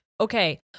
Okay